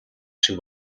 шиг